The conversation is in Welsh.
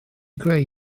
greu